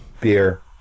Beer